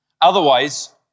Otherwise